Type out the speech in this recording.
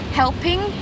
helping